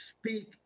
speak